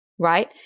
Right